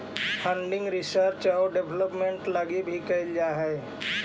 funding research आउ development लगी भी कैल जा हई